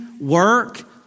work